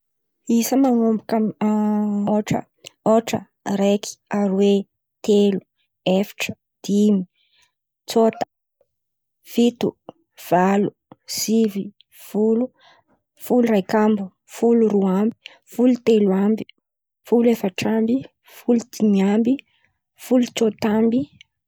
Isa manomboka manonga zen̈y manomboka man̈ampôn̈o amin̈'ny aotra, raiky, aroe, telo, efatra, dimy, tsôta, fito fito, valo, sivy, folo, folo raiky ambiny, folo aroe ambiny, folo telo ambiny, folo efatra amby, folo dimy amby, folo tsôta amby.